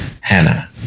Hannah